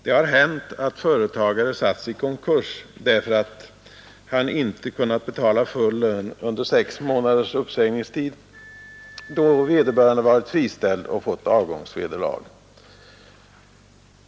Det har hänt att företagare satts i konkurs därför att de inte kunnat betala full lön under sex månaders uppsägningstid, då personal varit friställd och fått avgångsvederlag.